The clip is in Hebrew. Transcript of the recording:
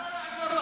לא יעזור לך.